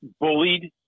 bullied